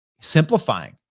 simplifying